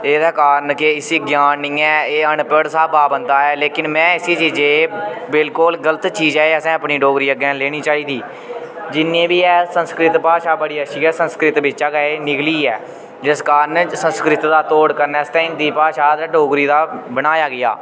एह्दे कारण के इसी ज्ञान नि ऐ एह् अनपढ़ स्हाबै दा बंदा ओह् लेकिन में इसी चीज़ै गी बिलकुल गलत चीज़ ऐ एह् असें अपनी डोगरी अग्गें लेनी चाहिदी जिन्नी बी ऐ संस्कृत भाशा बड़ी अच्छी ऐ संस्कृत बिच्चा गै एह् निकली ऐ जिस कारण संस्कृत दा तोड़ करने आस्तै हिंदी भाशा ते डोगरी दा बनाया गेआ